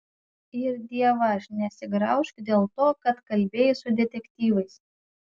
ir dievaž nesigraužk dėl to kad kalbėjai su detektyvais